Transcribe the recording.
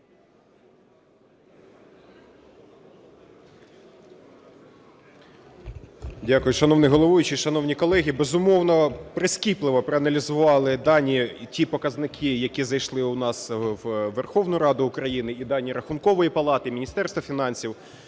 Дякую. Шановний головуючий, шановні колеги, безумовно, прискіпливо проаналізували дані і ті показники, які зайшли у нас в Верховну Раду України, і дані Рахункової палати, Міністерства фінансів.